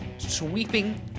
Sweeping